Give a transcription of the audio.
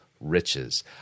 riches